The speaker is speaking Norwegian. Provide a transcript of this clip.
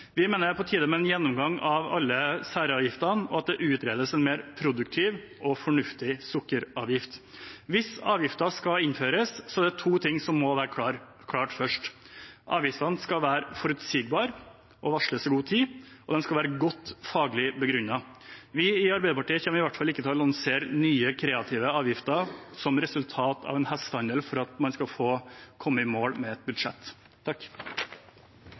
Vi mener det er på tide med en gjennomgang av alle særavgiftene, og at det utredes en mer produktiv og fornuftig sukkeravgift. Hvis avgifter skal innføres, er det to ting som må være klart først: Avgiftene skal være forutsigbare og varsles i god tid, og de skal være godt faglig begrunnet. Vi i Arbeiderpartiet kommer i hvert fall ikke til å lansere nye, kreative avgifter som resultat av en hestehandel for at man skal komme i mål med et budsjett.